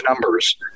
numbers